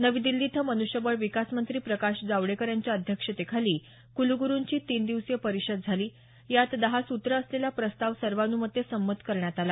नवी दिल्ली इथं मनुष्यबळ विकासमंत्री प्रकाश जावडेकर यांच्या अध्यक्षतेखाली कुलगुरूंची तीन दिवसीय परिषद झाली यात दहा सुत्रे असलेला प्रस्ताव सर्वान्मते संमत करण्यात आला